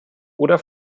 oder